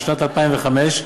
בשנת 2005,